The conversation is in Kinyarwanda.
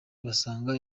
basanga